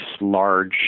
large